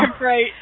right